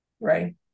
right